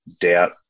doubt